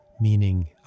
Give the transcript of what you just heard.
meaning